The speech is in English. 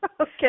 Okay